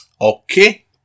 Okay